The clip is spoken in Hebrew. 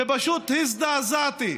ופשוט הזדעזעתי.